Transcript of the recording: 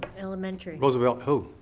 elementary. roosevelt. oh,